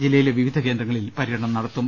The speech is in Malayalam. ജില്ലയിലെ വിവിധ കേന്ദ്രങ്ങളിൽ പര്യടനം നടത്തും